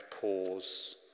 pause